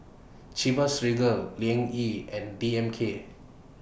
Chivas Regal Liang Yi and D M K